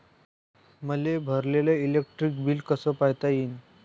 मले भरलेल electric bill कस पायता येईन?